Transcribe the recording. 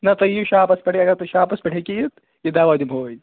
نہ تُہُۍ یِیِو شاپَس پٮ۪ٹھٕے اگر تُہُۍ شاپَس پٮ۪ٹھ ہیٚکِو یِتھ یہٕ دَوا دِموو أتی